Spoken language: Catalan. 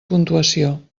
puntuació